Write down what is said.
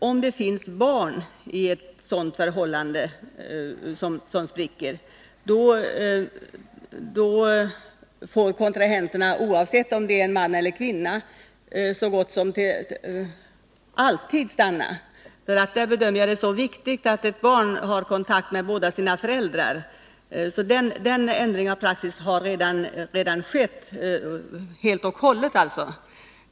Om det finns barn i ett sådant förhållande som spricker, då får kontrahenterna, oavsett om det gäller en man eller en kvinna, så gott som alltid stanna. Jag bedömer det som viktigt att ett barn har kontakt med båda sina föräldrar. Den ändringen av praxis har således redan skett.